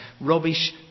Rubbish